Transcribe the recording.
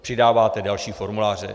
Přidáváte další formuláře.